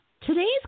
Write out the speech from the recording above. Today's